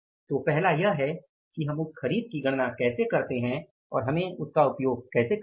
तो पहला यह है कि हम उस खरीद की गणना कैसे करते हैं और हमें इसका उपयोग कैसे करना है